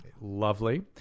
Lovely